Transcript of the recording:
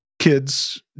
kids